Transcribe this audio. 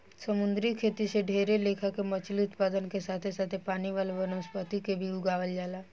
समुंद्री खेती से ढेरे लेखा के मछली उत्पादन के साथे साथे पानी वाला वनस्पति के भी उगावल जाला